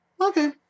Okay